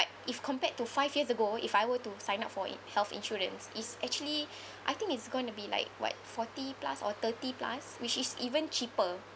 if compared to five years ago if I were to sign up for in~ health insurance it's actually I think it's gonna be like what forty plus or thirty plus which is even cheaper